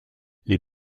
les